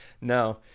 No